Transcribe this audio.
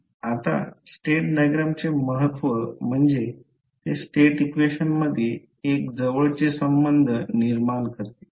आता स्टेट डायग्रामचे महत्व म्हणजे ते स्टेट इक्वेशन मध्ये एक जवळचे संबंध निर्माण करते